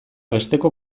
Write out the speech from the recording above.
besteko